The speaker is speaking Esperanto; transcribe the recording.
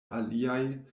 aliaj